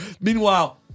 Meanwhile